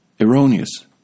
erroneous